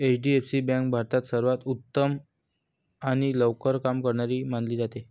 HDFC bank भारतात सर्वांत उत्तम आणि लवकर काम करणारी मानली जाते